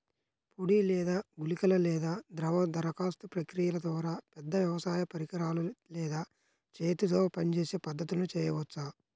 పొడి లేదా గుళికల లేదా ద్రవ దరఖాస్తు ప్రక్రియల ద్వారా, పెద్ద వ్యవసాయ పరికరాలు లేదా చేతితో పనిచేసే పద్ధతులను చేయవచ్చా?